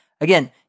again